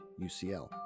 UCL